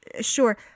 sure